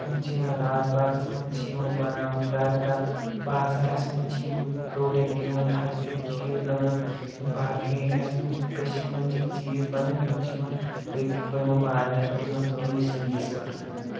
مںٛز چھِ یِوان راج باغَس منٛز چھِ یِوان بَناونہٕ درگاہ بازرَس منٛز چھِ یِم پرٛوڈٮ۪کٹ یِوان ہَچُہ چیٖز بَناونہٕ یِم باقٕے اِنڈیاہَس منٛز چھِ کٔشیٖرِ منٛز چھِ یِم چیٖز بَنان یِم چھِ یِوان أتۍ یِمَن بازرَن پٮ۪ٹھ یِمَن ٹیوٗرِسٹ پٕلیسَن پٮ۪ٹھ کٕنٛنہٕ